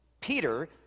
Peter